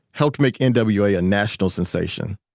helped make n w a. a national sensation.